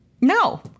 No